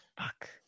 fuck